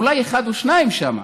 אולי אחד או שניים שם.